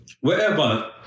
wherever